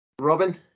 Robin